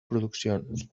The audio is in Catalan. produccions